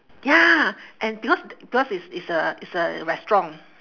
ya and because because it's it's a it's a restaurant